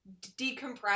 decompress